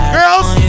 Girls